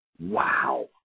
Wow